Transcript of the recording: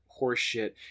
horseshit